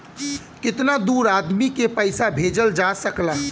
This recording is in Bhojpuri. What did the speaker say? कितना दूर आदमी के पैसा भेजल जा सकला?